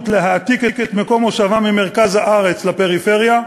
להעתיק את מקום מושבם ממרכז הארץ לפריפריה,